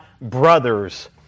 brothers